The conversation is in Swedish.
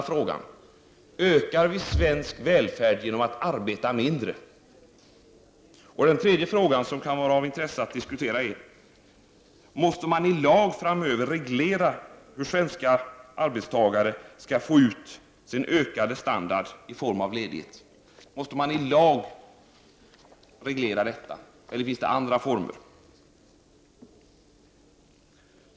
Den tredje frågan som kan vara av intresse att diskutera är: Måste man i lag framöver reglera hur svenska arbetstagare skall få ut sin ökade standard i form av ledighet, eller finns det andra former?